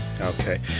okay